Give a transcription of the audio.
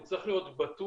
הוא צריך להיות בטוח